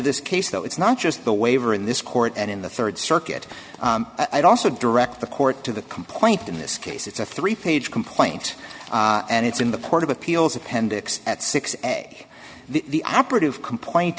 this case though it's not just the waiver in this court and in the rd circuit i'd also direct the court to the complaint in this case it's a three page complaint and it's in the court of appeals appendix at six and the operative complaint